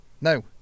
No